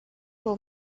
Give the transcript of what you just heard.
will